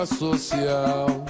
social